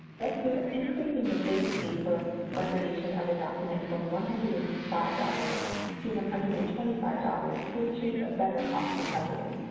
thus, we are increasing the base fee for recordation of a document from one hundred and five dollars to one hundred and twenty five dollars to achieve a better cost recovery.